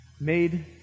Made